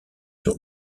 sur